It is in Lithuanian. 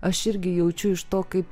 aš irgi jaučiu iš to kaip